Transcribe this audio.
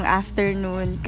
afternoon